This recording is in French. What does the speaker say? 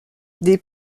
des